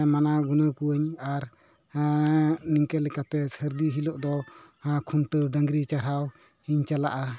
ᱢᱟᱱᱟᱣ ᱜᱩᱱᱟᱹᱣ ᱠᱚᱣᱟᱹᱧ ᱟᱨ ᱱᱤᱝᱠᱟᱹ ᱞᱮᱠᱟᱛᱮ ᱥᱟᱹᱨᱫᱤ ᱦᱤᱞᱳᱜ ᱫᱚ ᱠᱷᱩᱱᱴᱟᱹᱣ ᱦᱤᱞᱳᱜ ᱫᱚ ᱠᱷᱩᱱᱴᱟᱹᱣ ᱰᱟᱹᱝᱨᱤ ᱪᱟᱨᱦᱟᱣ ᱤᱧ ᱪᱟᱞᱟᱜᱼᱟ